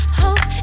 hope